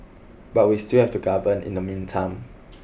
but we still have to govern in the meantime